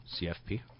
CFP